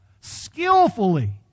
skillfully